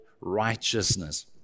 righteousness